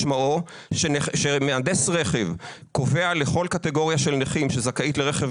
משמעו שמהנדס רכב קובע לכל קטגוריה של נכים שזכאית לרכב